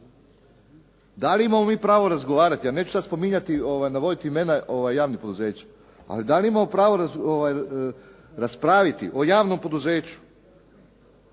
Da li imamo mi pravo razgovarati, ja neću sada navoditi imena javnih poduzeća, ali da li imamo pravo raspraviti o javnom poduzeću